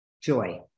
joy